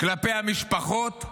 כלפי המשפחות,